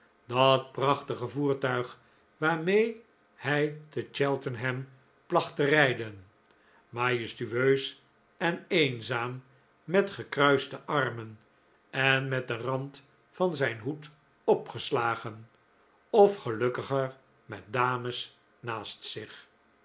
dat prachtige voertuig waarmee hij te cheltenham placht te rijden majestueus en eenzaam met gekruiste armen en met den rand van zijn hoed opgeslagen of gelukkiger met dames naast zich